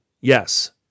yes